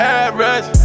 average